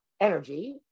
energy